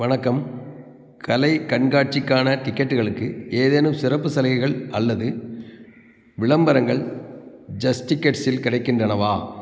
வணக்கம் கலை கண்காட்சிக்கான டிக்கெட்டுகளுக்கு ஏதேனும் சிறப்பு சலுகைகள் அல்லது விளம்பரங்கள் ஜஸ்டிக்கெட்ஸ்ஸில் கிடைக்கின்றனவா